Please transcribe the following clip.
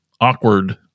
awkward